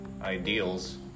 ideals